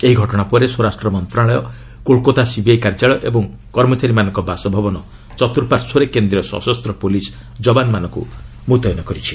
ଏହି ଘଟଣା ପରେ ସ୍ୱରାଷ୍ଟ୍ର ମନ୍ତ୍ରଣାଳୟ କୋଲକାତା ସିବିଆଇ କାର୍ଯ୍ୟାଳୟ ଏବଂ କର୍ମଚାରୀମାନଙ୍କ ବାସଭବନ ଚତ୍ରୁପାର୍ଶ୍ୱରେ କେନ୍ଦ୍ରୀୟ ସଶସ୍ତ ପୁଲିସ୍ ଯବାନମାନଙ୍କୁ ମୁତୟନ କରିଛି